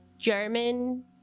German